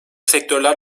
sektörler